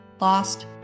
lost